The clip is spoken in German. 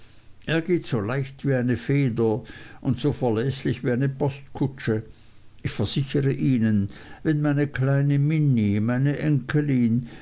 er geht so leicht wie eine feder und so verläßlich wie eine postkutsche ich versichere ihnen wenn meine kleine minnie meine enkelin